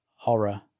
Horror